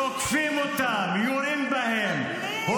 תוקפים אותם ויורים בהם -- מחבלים, מחבלים.